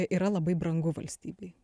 yra labai brangu valstybei